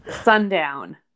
sundown